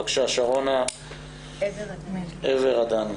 בבקשה, שרונה עבר הדני.